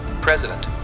President